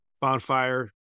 bonfire